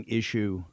issue